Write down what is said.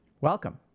Welcome